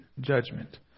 judgment